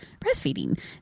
breastfeeding